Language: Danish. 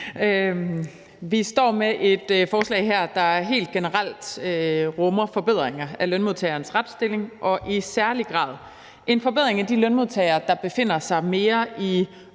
Vi står med et forslag her, der helt generelt rummer forbedringer af lønmodtagernes retsstilling og i særlig grad en forbedring for de lønmodtagere, der befinder sig i mere